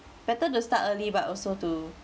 better to start early but also to